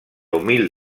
humil